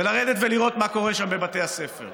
לרדת ולראות מה קורה שם בבתי הספר.